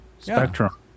Spectrum